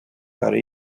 دارای